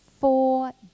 four